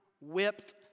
whipped